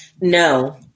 No